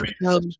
no